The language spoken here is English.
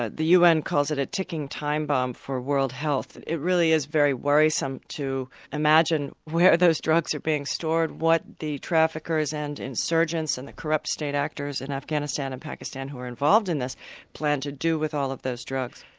ah the un calls it a ticking time bomb for world health, it really is very worrisome to imagine where those drugs are being stored, what the traffickers and insurgents and the corrupt state actors in afghanistan and pakistan who are involved in this plan to do with all of those drugs.